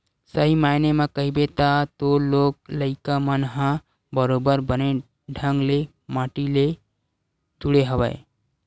सही मायने म कहिबे त तोर लोग लइका मन ह बरोबर बने ढंग ले माटी ले जुड़े हवय